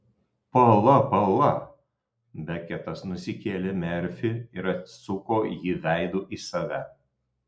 pala pala beketas nusikėlė merfį ir atsuko jį veidu į save